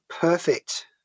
perfect